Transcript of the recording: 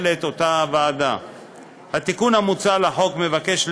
אני צריכה לעבור טיפול נפשי,